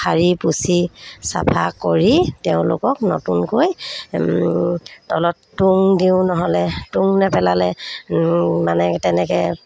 শাৰি পুচি চাফা কৰি তেওঁলোকক নতুনকৈ তলত টুং দিওঁ নহ'লে টুং নেপেলালে মানে তেনেকৈ